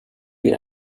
you